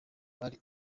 bari